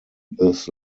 this